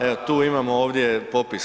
Evo tu imamo ovdje popis.